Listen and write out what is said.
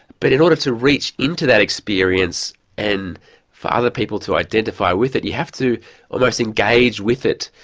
but in order to reach into that experience and for other people to identify with it you have to almost engage with it.